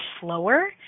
slower